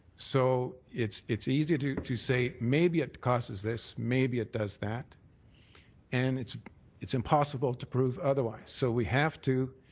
so it's it's easy to to say maybe it cost us this, maybe it does that and it's it's impossible to prove otherwise. so we have to